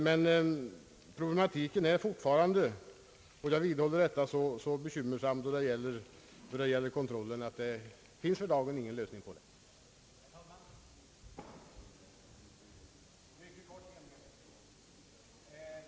Jag vidhåller att problematiken är så bekymmersam då det gäller kontrollen att det i dag inte finns någon lösning på problemet.